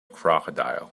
crocodile